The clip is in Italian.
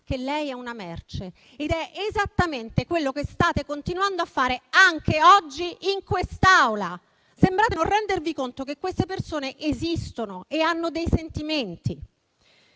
prodotto, una merce. Ed è esattamente quello che state continuando a fare anche oggi in quest'Aula. Sembrate non rendervi conto che queste persone esistono e hanno dei sentimenti,